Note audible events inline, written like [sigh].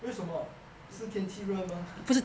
为什么是天气热吗 [laughs]